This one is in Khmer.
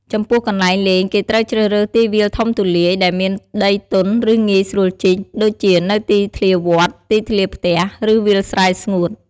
ចំពោះកន្លែងលេង គេត្រូវជ្រើសរើស ទីវាលធំទូលាយ ដែលមានដីទន់ ឬងាយស្រួលជីក ដូចជានៅទីធ្លាវត្ត ទីធ្លាផ្ទះ ឬវាលស្រែស្ងួត។